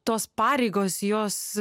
tos pareigos jos